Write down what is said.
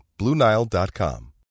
BlueNile.com